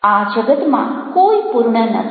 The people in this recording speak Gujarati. આ જગતમાં કોઈ પૂર્ણ નથી